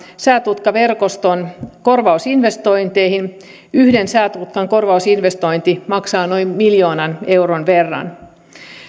säätutkaverkoston korvaus investointeihin yhden säätutkan korvausinvestointi maksaa noin miljoonan euron verran